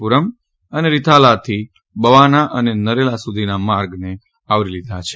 પુરમ અને રીથાલા થી બવાના અને નરેલા સુધીના માર્ગ આવરી લીધાં છે